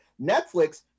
Netflix